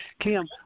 Kim